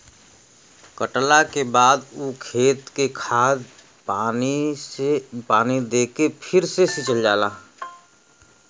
कटला के बाद ऊ खेत के खाद पानी दे के फ़िर से सिंचल जाला